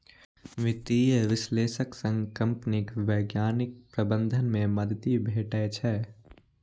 वित्तीय विश्लेषक सं कंपनीक वैज्ञानिक प्रबंधन मे मदति भेटै छै